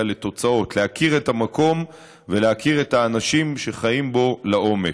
לתוצאות: להכיר את המקום ולהכיר את האנשים שחיים בו לעומק.